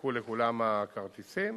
שהונפקו לכולם הכרטיסים.